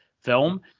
film